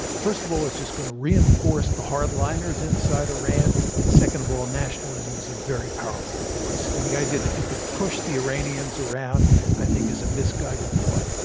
first of all, it's just going to reinforce the hardliners inside iran. and second of all, nationalism is a very powerful force. and the idea that you could push the iranians around i think is a misguided thought.